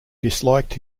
disliked